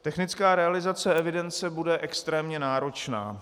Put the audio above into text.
Technická realizace evidence bude extrémně náročná.